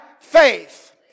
faith